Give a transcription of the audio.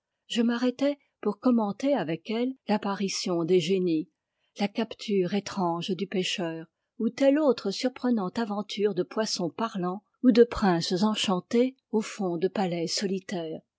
je m'arrêtais pour commenter avec elle l'apparition des génies la capture étrange du pêcheur ou telle autre surprenante aventure de poissons parlants ou de princes enchantés au fond de palais solitaires